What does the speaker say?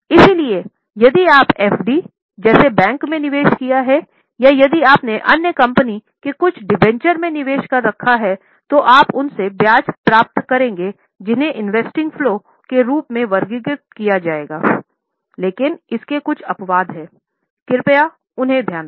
इसलिए यदि आप एफडी जैसा बैंक में निवेश किया है या यदि आपने अन्य कंपनी के कुछ डिबेंचर में निवेश कर रखा हैंतो आप उनसे ब्याज प्राप्त करेंगे जिन्हें इन्वेस्टिंग फलो के रूप में वर्गीकृत किया जाएगा लेकिन इसके कुछ अपवाद हैं कृपया उन्हें ध्यान रखें